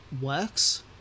works